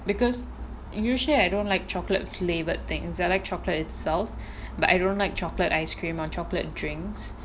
because usually I don't like chocolate flavoured things I like chocolate itself but I don't like chocolate ice cream or chocolate drinks